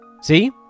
See